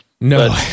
No